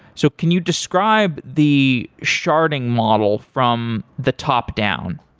so can you describe the sharding model from the top-down?